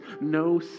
no